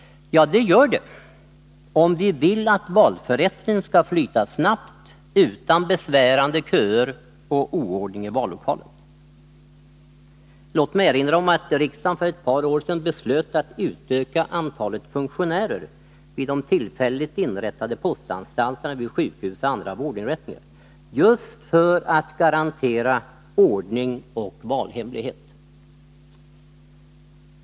Ja, det gör det, om vi vill att valförrättningen skall flyta snabbt utan besvärande köer och oordning i vallokalen. Låt mig erinra om att riksdagen för ett par år sedan beslöt att utöka antalet funktionärer vid de tillfälligt inrättade postanstalterna vid sjukhus och andra vårdinrättningar just för att garantera ordning och valhemlighet.